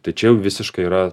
tai čia jau visiškai yra